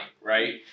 right